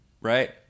Right